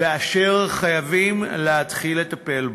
ואשר חייבים להתחיל לטפל בו.